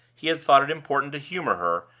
he had thought it important to humor her,